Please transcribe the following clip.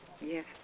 Yes